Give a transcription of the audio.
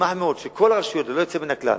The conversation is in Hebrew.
מאוד שכל הרשויות, ללא יוצא מן הכלל,